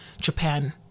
Japan